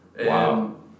Wow